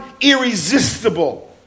irresistible